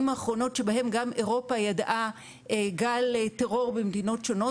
האחרונות שבהם אירופה ידעה גל טרור במדינות שונות,